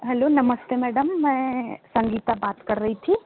hello नमस्ते madam मैं संगीता बात कर रही थी